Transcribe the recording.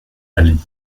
ali